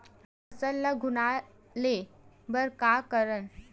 हमर फसल ल घुना ले बर का करन?